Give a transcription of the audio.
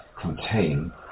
contain